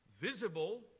visible